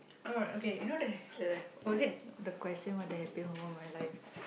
no okay you know the the or is it the question what the happiest moment of my life